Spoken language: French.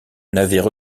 n’avaient